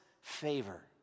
favor